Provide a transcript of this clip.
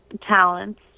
talents